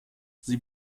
sie